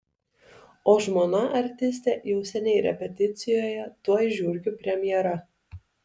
o žmona artistė jau seniai repeticijoje tuoj žiurkių premjera